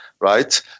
right